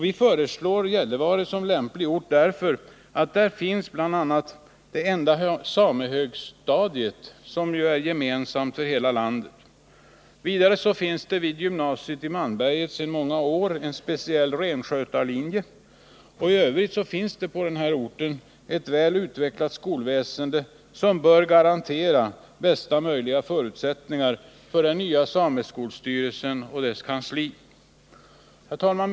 Vi föreslår Gällivare som lämplig ort, därför att där finns bl.a. det enda sameskolhögstadiet, som är gemensamt för hela landet. Vidare finns det vid gymnasiet i Malmberget sedan många år en speciell renskötarlinje. I övrigt finns det på denna ort ett väl utvecklat skolväsende, som bör garantera bästa möjliga förutsättningar för den nya sameskolstyrelsen och dess kansli. Herr talman!